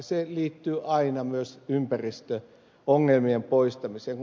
se liittyy aina myös ympäristöongelmien poistamiseen